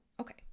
Okay